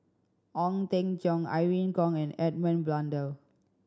Ong Teng Cheong Irene Khong and Edmund Blundell